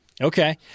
Okay